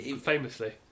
famously